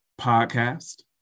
podcast